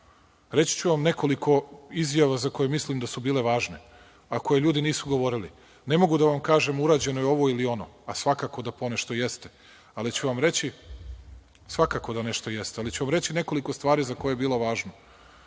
Reći ću vam nekoliko izjava za koje mislim da su bile važne, a koje ljudi nisu govorili. Ne mogu da vam kažem - urađeno je ovo ili ono, a svakako da ponešto jeste, ali ću vam reći, svakako da nešto jeste, ali